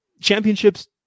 championships